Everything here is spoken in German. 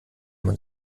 man